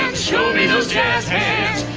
show me those jazz